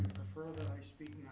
prefer that i speak